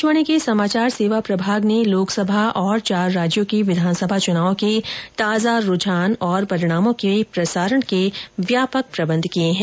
आकाशवाणी के समाचार सेवा प्रभाग ने लोकसभा और चार राज्यों की विधानसभा चुनाव के ताजा रूझान और परिणामों के प्रसारण के व्यापक प्रबंध किए हैं